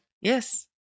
Yes